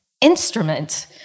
instrument